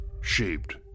shaped